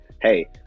hey